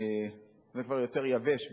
זה כבר יותר יבש,